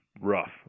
rough